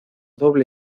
doble